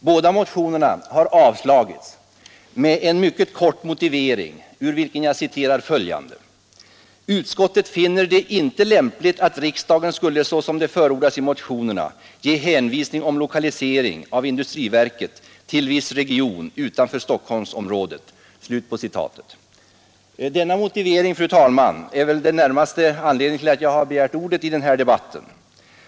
Båda motionerna har avstyrkts med en mycket kort motivering, ur vilken jag citerar följande: ”Utskottet finner det inte lämpligt att riksdagen skulle, såsom det förordas i motionerna” ——— ”ge hänvisning om lokalisering av industriverket till viss region utanför Stockholmsområdet.” Denna motivering, fru talman, är det närmaste skälet till att jag begärt ordet i den här debatten.